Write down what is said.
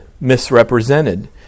misrepresented